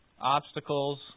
obstacles